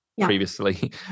previously